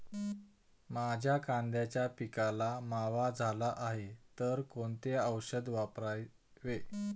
माझ्या कांद्याच्या पिकाला मावा झाला आहे तर कोणते औषध वापरावे?